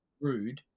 rude